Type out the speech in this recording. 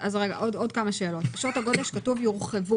עוד כמה שאלות: כתוב ששעות הגודש יורחבו.